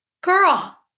Girl